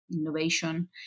innovation